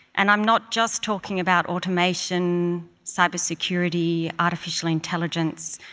and i'm not just talking about automation, cyber security, artificial intelligence,